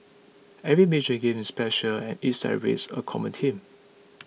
every major games is special and each celebrates a common team